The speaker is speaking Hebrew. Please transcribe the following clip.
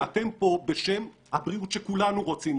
אתם פה, בשם הבריאות שכולנו רוצים,